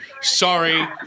Sorry